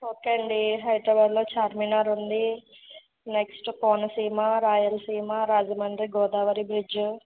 okay అండీ హైదరాబాద్లో చార్మినార్ ఉంది నెక్స్ట్ కోనసీమ రాయలసీమ రాజమండ్రి గోదావరి బ్రిడ్జి